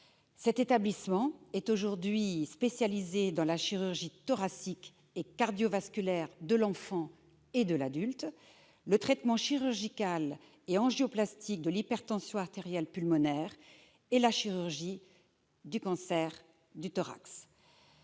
Cet établissement est aujourd'hui spécialisé dans la chirurgie thoracique et cardio-vasculaire de l'enfant et de l'adulte, le traitement chirurgical ou angioplastique de l'hypertension artérielle pulmonaire et la chirurgie des cancers du thorax.